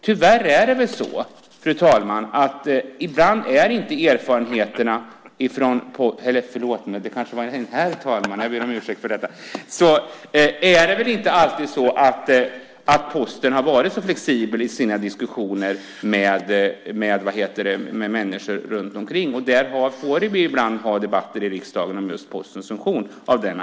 Tyvärr, herr talman, har Posten inte alltid varit så flexibel i sina diskussioner med människor runt om i landet. Av den anledningen får vi ibland ha debatter i riksdagen om Posten.